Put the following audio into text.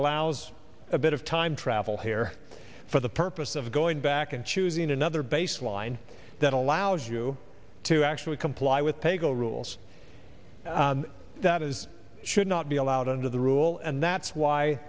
allows a bit of time travel here for the purpose of going back and choosing another baseline that allows you to actually comply with pay go rules that is should not be allowed under the rule and that's why